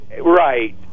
Right